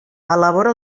elabora